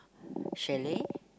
chalet